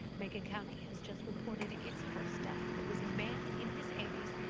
macon county has just reported its first death. it was a man in his eighty s.